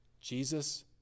Jesus